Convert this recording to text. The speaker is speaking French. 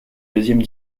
deuxième